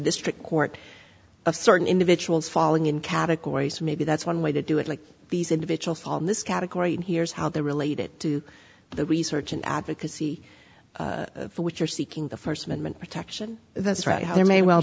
this trick court of certain individuals falling in categories maybe that's one way to do it like these individuals in this category and here's how they're related to the research and advocacy which are seeking the first amendment protection that's right there may well